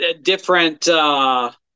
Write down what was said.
different